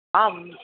आम्